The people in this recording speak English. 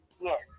Yes